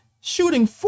shooting